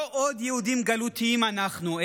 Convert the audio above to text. לא עוד יהודים גלותיים אנחנו,